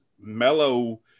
mellow